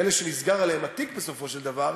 כאלה שנסגר עליהן התיק בסופו של דבר,